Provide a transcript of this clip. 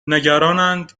نگرانند